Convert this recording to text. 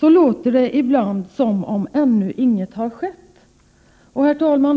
låter det ibland som om ingenting ännu har skett.